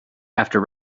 after